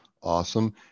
awesome